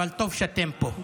אבל טוב שאתם פה.